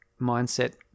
mindset